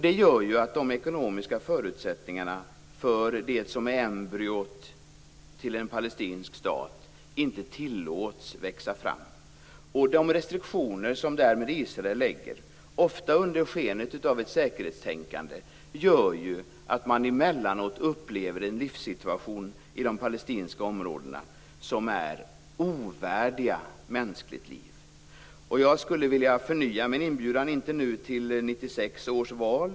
Det gör att de ekonomiska förutsättningarna för det som är embryot till en palestinsk stat inte tillåts växa fram. De restriktioner som Israel därmed ålägger palestinierna, ofta under sken av ett säkerhetstänkande, gör att man emellanåt upplever en livssituation i de palestinska områdena som är ovärdig mänskligt liv. Jag skulle vilja förnya min inbjudan till Sten Andersson från 1996 års val.